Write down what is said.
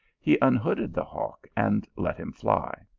he unhooded the hawk and let him fly.